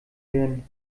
werden